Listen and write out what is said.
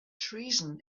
treason